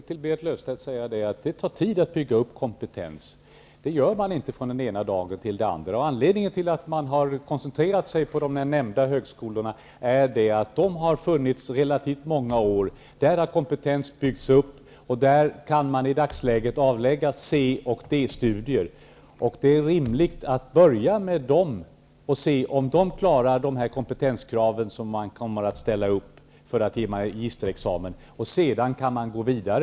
Herr talman! Jag vill till Berit Löfstedt säga att det tar tid att bygga upp kompetens. Det gör man inte från den ena dagen till den andra. Anledningen till att man har koncentrerat sig på de nämnda högskolorna är att de har funnits i relativt många år. Där har kompetensen byggts upp. Där kan man i dagsläget bedriva C och D-studier. Det är rimligt att börja med de högskolorna och se om de klarar de kompetenskrav som man kommer att ställa upp för att magisterexamen skall ges. Sedan kan man gå vidare.